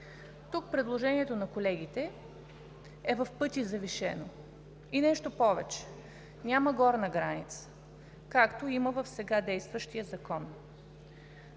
Предложението на колегите е в пъти завишено. Нещо повече, няма горна граница, както има в сега действащия закон.